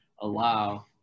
Allow